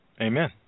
Amen